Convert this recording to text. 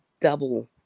double